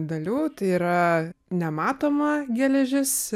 dalių yra nematoma geležis